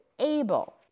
able